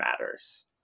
matters